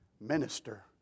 minister